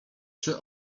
czy